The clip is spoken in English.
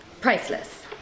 priceless